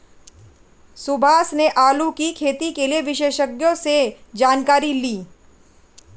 सुभाष ने आलू की खेती के लिए विशेषज्ञों से जानकारी ली